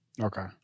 Okay